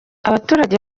abaturage